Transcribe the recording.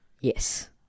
Yes